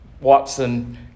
Watson